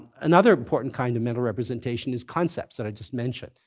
another important kind of mental representation is concepts that i just mentioned.